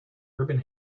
urban